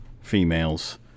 females